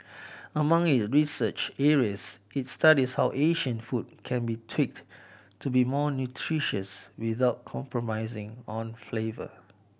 among it research areas it studies how Asian food can be tweaked to be more nutritious without compromising on flavour